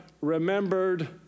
remembered